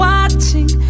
Watching